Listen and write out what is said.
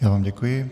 Já vám děkuji.